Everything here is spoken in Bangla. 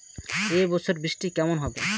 এবছর বৃষ্টি কেমন হবে?